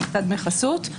סחיטת דמי חסות.